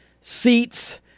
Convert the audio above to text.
seats